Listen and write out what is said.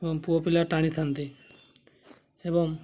ଏବଂ ପୁଅପିଲା ଟାଣିଥାନ୍ତି ଏବଂ